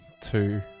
two